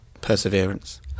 perseverance